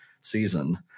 season